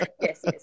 Yes